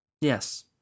Yes